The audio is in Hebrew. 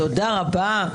תודה רבה.